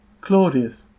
Claudius